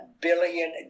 billion